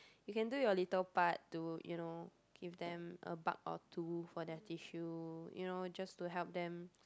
you can do your little part to you know give them a buck or two for their tissue you know just to help them